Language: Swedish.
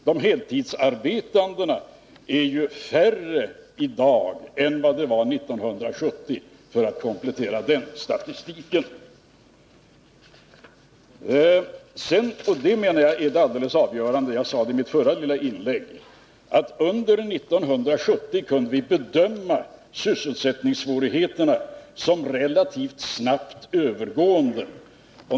De heltidsarbetande är färre i dag än de var 1970, för att komplettera den statistiken. Vad jag menar är det helt avgörande är emellertid att vi under 1970 kunde bedöma sysselsättningssvårigheterna som relativt snabbt övergående.